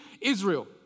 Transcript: Israel